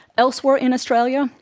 elsewhere in australia,